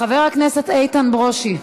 חבר הכנסת איתן ברושי,